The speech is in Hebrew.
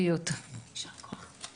הישיבה ננעלה בשעה